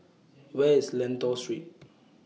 Where IS Lentor Street